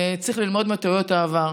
צריך ללמוד מטעויות העבר.